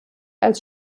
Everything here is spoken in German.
als